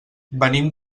venim